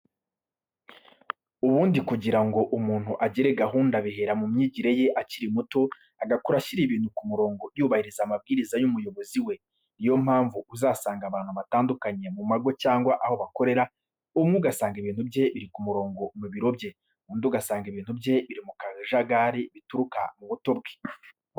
Ubundi kugira ngo umuntu agire gahunda bihera mu myigire ye akiri muto agakura ashyira ibintu ku murongo yubahiriza amabwiriza y'umuyobozi we. Ni yo mpamvu uzasanga abantu batandukanye mu mago cyangwa aho bakorera, umwe ugasanga ibintu bye biri ku murongo mu biro bye, undi ugasanga ibintu bye biri mu kajagari bituruka mu buto bwabo.